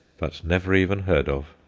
but never even heard of.